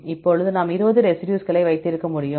இப்போது நாம் 20 ரெசிடியூஸ்களை வைத்திருக்க முடியும்